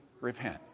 repent